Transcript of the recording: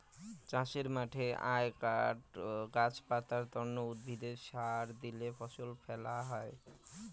চাষের মাঠে আর গাছ পাতার তন্ন উদ্ভিদে সার দিলে ফসল ভ্যালা হই